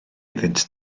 iddynt